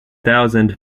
thousand